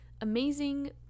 amazing